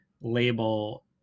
label